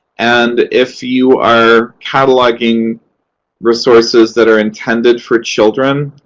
and if you are cataloging resources that are intended for children,